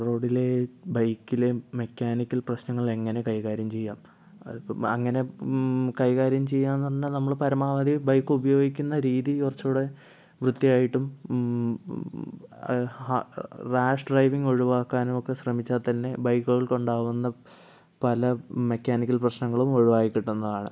റോഡിൽ ബൈക്കിലെ മെക്കാനിക്കൽ പ്രശ്നങ്ങൾ എങ്ങനെ കൈകാര്യം ചെയ്യാം അതിപ്പം അങ്ങനെ കൈകാര്യം ചെയ്യാന്ന് പറഞ്ഞാൽ നമ്മൾ പരമാവധി ബൈക്ക് ഉപയോഗിക്കുന്ന രീതി കുറച്ചൂടെ വൃത്തിയായിട്ടും അത് ഹാ റാഷ് ഡ്രൈവിംഗ് ഒഴിവാക്കാനും ഒക്കെ ശ്രമിച്ചാൽ തന്നെ ബൈക്കുകൾക്കുണ്ടാവുന്ന പല മെക്കാനിക്കൽ പ്രശ്നങ്ങളും ഒഴിവായി കിട്ടുന്നതാണ്